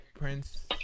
prince